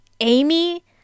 Amy